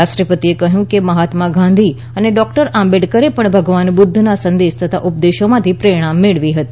રાષ્ટ્રપતિએ કહ્યું હતું કે મહાત્મા ગાંધી અને ડોકટર આંબેડકર પણ ભગવાન બુધ્ધના સંદેશ તથા ઉપદેશોમાંથી પ્રેરણા મેળવી હતી